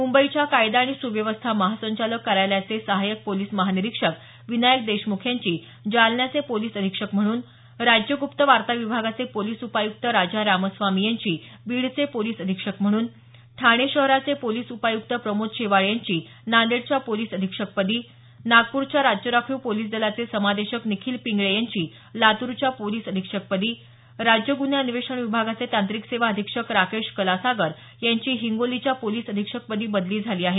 मुंबईच्या कायदा आणि सुव्यवस्था महासंचालक कार्यालयाचे सहायक पोलीस महानिरीक्षक विनायक देशमुख यांची जालन्याचे पोलीस अधीक्षक म्हणून राज्य गुप्प वार्ता विभागाचे पोलीस उपायुक्त राजा रामस्वामी यांची बीडचे पोलीस अधीक्षक म्हणून ठाणे शहराचे पोलीस उपायुक्त प्रमोद शेवाळे यांनी नांदेडचे पोलीस अधीक्षकपदी नागपूरच्या राज्य राखीव पोलीस दलाचे समादेशक निखिल पिंगळे यांची लातूरचे पोलीस अधीक्षक पदी राज्य गुन्हे अन्वेषण विभागाचे तांत्रिक सेवा अधीक्षक राकेश कलासागर यांची हिंगोलीच्या पोलीस अधिक्षकपदी बदली झाली आहे